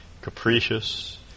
capricious